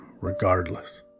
regardless